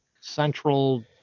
Central